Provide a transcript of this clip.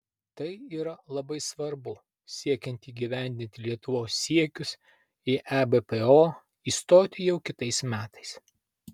tai yra labai svarbu siekiant įgyvendinti lietuvos siekius į ebpo įstoti jau kitais metais